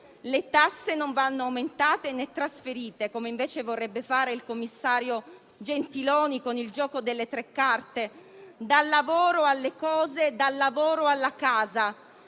le tasse non vanno aumentate, né trasferite, come invece vorrebbe fare il commissario Gentiloni con il gioco delle tre carte: dal lavoro alle cose, dal lavoro alla casa.